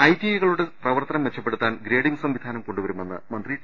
I T I കളുടെ പ്രവർത്തനം മെച്ചപ്പെടുത്താൻ ഗ്രേഡിംഗ് സംവിധാനം കൊണ്ടുവരുമെന്ന് മന്ത്രി ടി